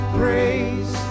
praise